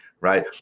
right